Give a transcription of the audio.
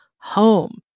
home